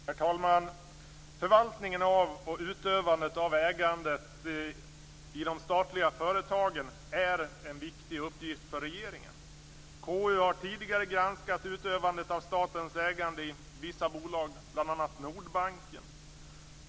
Herr talman! Förvaltningen av och utövandet av ägandet i de statliga företagen är en viktig uppgift för regeringen. Konstitutionsutskottet har tidigare granskat utövandet av statens ägande i vissa bolag, bl.a. Nordbanken.